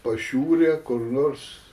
pašiūrę kur nors